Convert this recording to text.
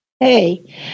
Hey